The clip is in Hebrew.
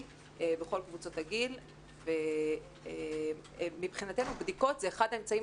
בכל קבוצות הגיל ומבחינתנו בדיקות זה אחד האמצעים